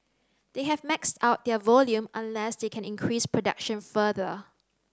they have maxed out their volume unless they can increase production further